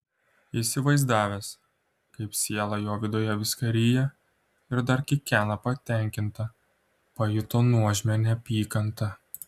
įsivaizdavęs kaip siela jo viduje viską ryja ir dar kikena patenkinta pajuto nuožmią neapykantą